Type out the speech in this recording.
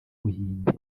buhinde